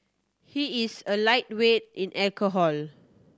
he is a lightweight in alcohol